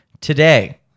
Today